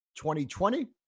2020